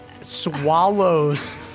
swallows